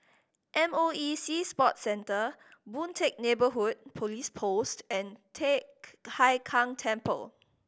M O E Sea Sport Centre Boon Teck Neighbourhood Police Post and Teck Hai Keng Temple